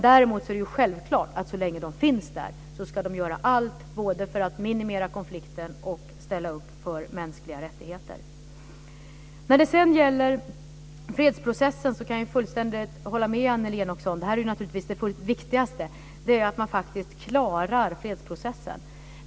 Däremot är det självklart att så länge de finns där ska de göra allt för att både minimera konflikten och ställa upp för mänskliga rättigheter. För det andra: När det gäller fredsprocessen kan jag fullständigt hålla med Annelie Enochson. Det viktigaste är naturligtvis att man klarar fredsprocessen.